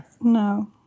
No